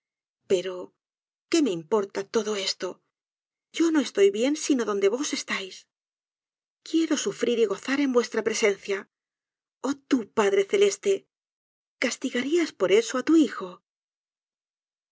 pero qué me importa todo esto yo no estoy bien sino donde vos estáis quiero sufrir y gozar en vuestra presencia oh tú p dre celeste castigarías por eso á tu hijo